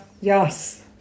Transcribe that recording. Yes